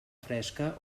fresca